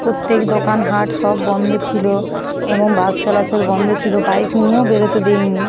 প্রত্যেক দোকান হাট সব বন্ধ ছিলো এবং বাস চলাচল বন্ধ ছিলো বাইক নিয়েও বেরোতে দেইনি